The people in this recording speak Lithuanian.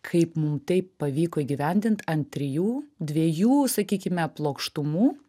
kaip mum taip pavyko įgyvendint ant trijų dviejų sakykime plokštumų